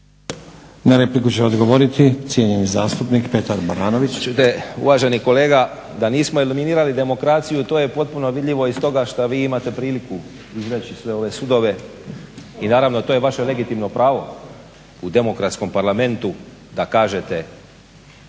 Na repliku će odgovoriti cijenjeni zastupnik Petar Baranović. **Baranović, Petar (HNS)** Pa čujte uvaženi kolega da nismo eliminirali demokraciju to je potpuno vidljivo i stoga što vi imate priliku izreći sve ove sudove i naravno to je vaše legitimno pravo u demokratskom parlamentu da kažete